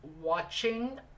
watching